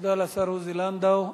תודה לשר עוזי לנדאו.